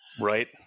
Right